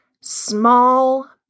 small